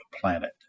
planet